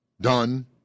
done